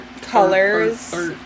Colors